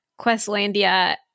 Questlandia